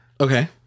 okay